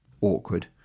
awkward